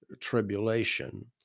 tribulation